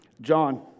John